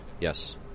Yes